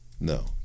no